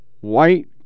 white